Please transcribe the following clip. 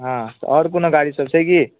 हँ तऽ आओर कोनो गाड़ी सब छै की